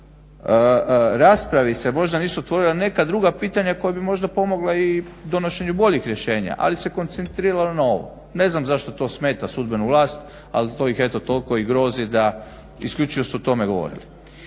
raspravi možda nisu otvorila neka druga pitanja koja bi možda pomogla donošenju boljih rješenja. Ali se koncentriralo na ovo. Ne znam zašto to smeta sudbenu vlast ali to ih eto toliko grozi da isključivo su o tome govorili.